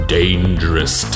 dangerous